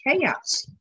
chaos